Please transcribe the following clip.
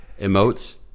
Emotes